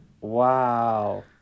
Wow